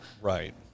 right